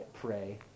pray